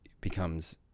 becomes